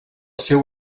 seu